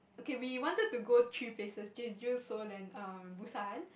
okay we wanted to go three places Jeju Seoul and um Busan